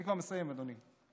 אני כבר מסיים אדוני,